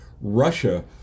Russia